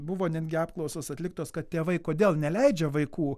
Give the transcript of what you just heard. buvo netgi apklausos atliktos kad tėvai kodėl neleidžia vaikų